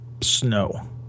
snow